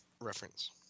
reference